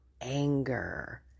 anger